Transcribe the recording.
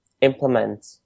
implement